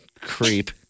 creep